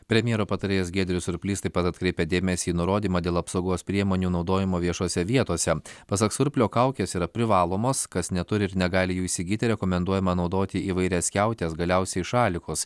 premjero patarėjas giedrius surplys taip pat atkreipė dėmesį į nurodymą dėl apsaugos priemonių naudojimo viešose vietose pasak surplio kaukės yra privalomos kas neturi ir negali jų įsigyti rekomenduojama naudoti įvairias skiautes galiausiai šalikus